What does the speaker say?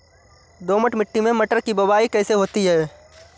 दोमट मिट्टी में मटर की बुवाई कैसे होती है?